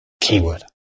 keyword